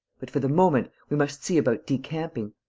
but, for the moment, we must see about decamping.